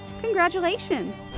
Congratulations